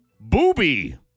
Booby